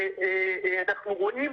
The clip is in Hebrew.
אנחנו רואים,